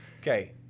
Okay